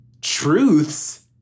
truths